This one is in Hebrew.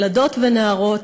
ילדות ונערות,